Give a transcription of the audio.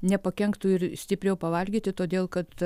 nepakenktų ir stipriau pavalgyti todėl kad